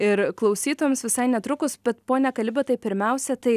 ir klausytojams visai netrukus bet pone kalibatai pirmiausia tai